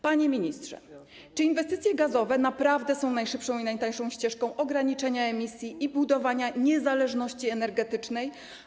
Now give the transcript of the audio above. Panie ministrze, czy inwestycje gazowe naprawdę są najszybszą i najtańszą ścieżką ograniczenia emisji i budowania niezależności energetycznej?